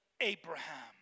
Abraham